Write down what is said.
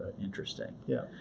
interesting. yeah.